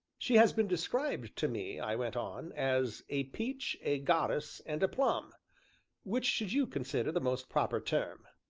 she has been described to me, i went on, as a peach, a goddess, and a plum which should you consider the most proper term?